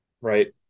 Right